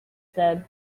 said